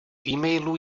emailů